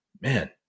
man